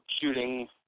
shooting